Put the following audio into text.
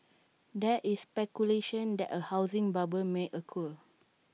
there is speculation that A housing bubble may occur